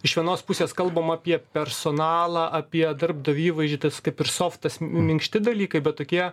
iš vienos pusės kalbama apie personalą apie darbdavio įvaizdžį tas kaip ir softas minkšti dalykai bet tokie